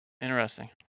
Interesting